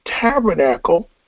tabernacle